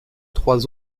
trois